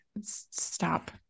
stop